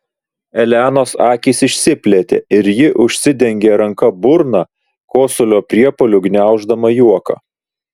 elenos akys išsiplėtė ir ji užsidengė ranka burną kosulio priepuoliu gniauždama juoką